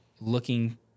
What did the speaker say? looking